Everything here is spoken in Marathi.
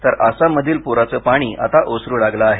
तर आसाममधील पूराचं पाणी आता ओसरु लागलं आहे